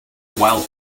while